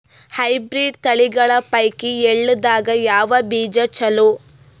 Hybrid ತಳಿಗಳ ಪೈಕಿ ಎಳ್ಳ ದಾಗ ಯಾವ ಬೀಜ ಚಲೋ?